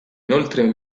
inoltre